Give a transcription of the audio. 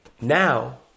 Now